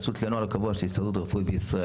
לנוהל הקבוע של ההסתדרות הרפואית בישראל".